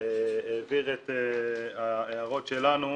העביר את ההערות שלנו,